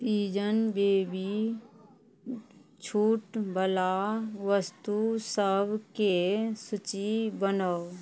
baby छूटवला वस्तु सबके सूची बनाउ